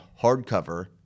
hardcover